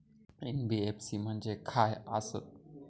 NBFC म्हणजे खाय आसत?